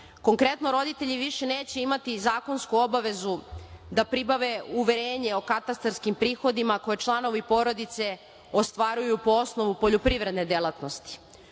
Konkretno, roditelji više neće imati zakonsku obavezu da pribave uverenje o katastarskim prihodima koje članovi porodice ostvaruju po osnovu poljoprivredne delatnosti.